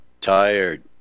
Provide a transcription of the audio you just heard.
tired